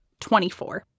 24